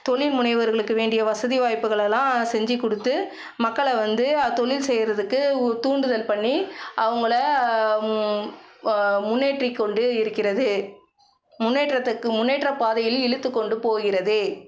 தொழில்முனைவோர்களுக்கு வேண்டிய வசதி வாய்ப்புகள் எல்லாம் செஞ்சிக்கொடுத்து மக்களை வந்து அ தொழில் செய்கிறதுக்கு உ தூண்டுதல் பண்ணி அவங்கள முன்னேற்றி கொண்டு இருக்கிறது முன்னேற்றத்துக்கு முன்னேற்ற பாதையில் இழுத்துக்கொண்டுப் போகிறது